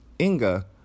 Inga